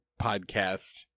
podcast